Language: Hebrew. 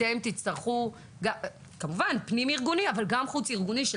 אתם תצטרכו פנים-ארגונית וחוץ-ארגונית,